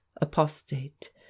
apostate